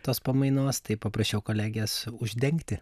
tos pamainos tai paprašiau kolegės uždengti